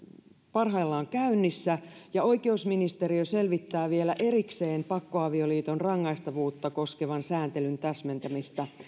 parhaillaan käynnissä ja oikeusministeriö selvittää vielä erikseen pakkoavioliiton rangaistavuutta koskevan sääntelyn täsmentämistä